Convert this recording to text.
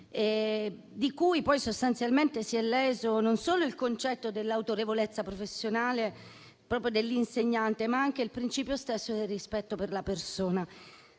nei confronti della quale si è leso non solo il concetto dell'autorevolezza professionale propria dell'insegnante, ma anche il principio stesso del rispetto per la persona.